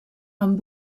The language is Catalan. amb